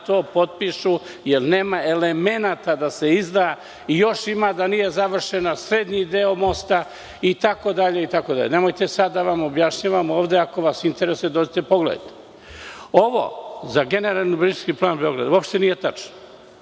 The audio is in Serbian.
da potpišu, jer nema elemenata da se izda i još ima da nije završen srednji deo mosta itd. Nemojte sada da vam objašnjavam ovde, ako vas interesuje, dođite, pogledajte. Ovo za generalni urbanistički plan Beograda uopšte nije tačno.